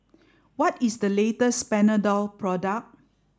what is the latest Panadol product